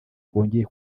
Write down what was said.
wongeye